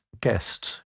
guests